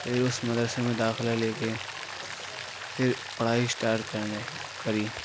پھر اس مدرسے میں داخلہ لے کے پھر پڑھائی اسٹارٹ کرنے کری